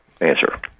answer